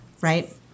right